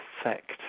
effect